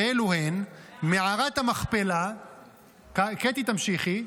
ואילו הן: מערת המכפלה קטי, תמשיכי.